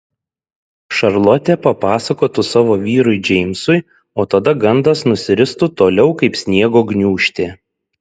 šarlotė papasakotų savo vyrui džeimsui o tada gandas nusiristų toliau kaip sniego gniūžtė